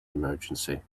emergency